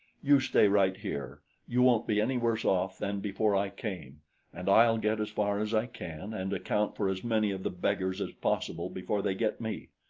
you stay right here you won't be any worse off than before i came and i'll get as far as i can and account for as many of the beggars as possible before they get me.